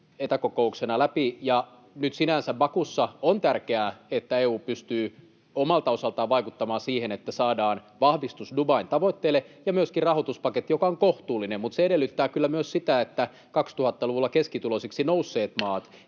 etäkokouksena läpi, ja nyt sinänsä Bakussa on tärkeää, että EU pystyy omalta osaltaan vaikuttamaan siihen, että saadaan vahvistus Dubain tavoitteille ja myöskin rahoituspaketti, joka on kohtuullinen. Mutta se edellyttää kyllä myös sitä, että 2000-luvulla keskituloisiksi nousseet maat,